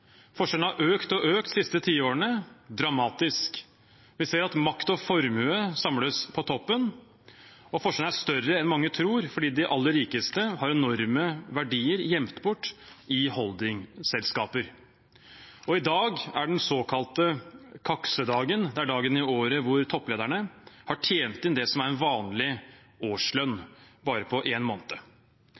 Forskjellene har økt – og økt dramatisk – de siste ti årene. Vi ser at makt og formue samles på toppen, og forskjellene er større enn mange tror, fordi de aller rikeste har enorme verdier gjemt bort i holdingselskaper. I dag er den såkalte kaksedagen – den dagen i året da topplederne bare på én måned har tjent inn det som er en vanlig årslønn.